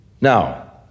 now